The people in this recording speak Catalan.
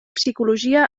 psicologia